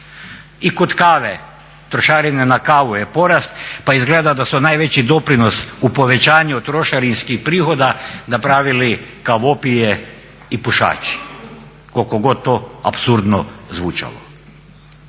I kod kave trošarina na kavu je porast pa izgleda da su najveći doprinos u povećanju od trošarinskih prihoda napravili kavopije i pušači, koliko god to apsurdno zvučalo.